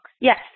Yes